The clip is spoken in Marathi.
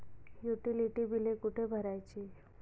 युटिलिटी बिले कुठे भरायची?